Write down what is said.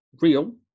real